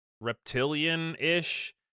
reptilian-ish